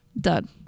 Done